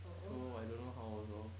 so I don't know how also